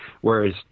Whereas